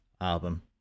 album